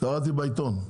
קראתי בעיתון.